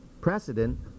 precedent